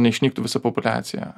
neišnyktų visą populiacija